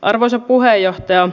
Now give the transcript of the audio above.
arvoisa puheenjohtaja